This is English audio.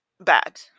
bad